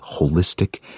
holistic